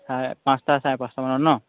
চাৰে পাঁচটা চাৰে পাঁচটামানত ন